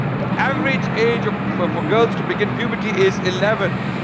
the average age ah for for girls to begin puberty is eleven,